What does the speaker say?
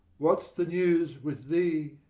what's the news with thee?